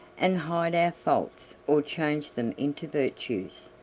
and hide our faults or change them into virtues.